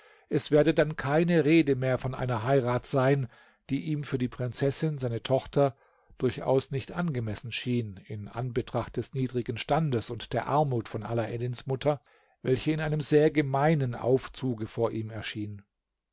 es werde dann keine rede mehr von einer heirat sein die ihm für die prinzessin seine tochter durchaus nicht angemessen schien in anbetracht des niedrigen standes und der armut von alaeddins mutter welche in einem sehr gemeinen aufzuge vor ihm erschien